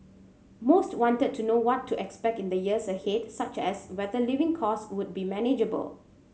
most wanted to know what to expect in the years ahead such as whether living cost would be manageable